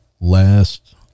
last